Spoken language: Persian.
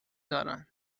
دارند